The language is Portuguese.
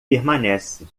permanece